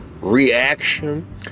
reaction